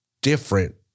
different